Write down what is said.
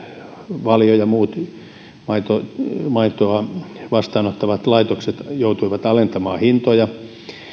valio ja muut maitoa maitoa vastaanottavat laitokset joutuivat alentamaan hintoja